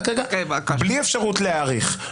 בלי אפשרות להאריך.